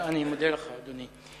אני מודה לך, אדוני.